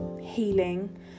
healing